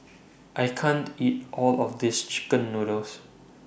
I can't eat All of This Chicken Noodles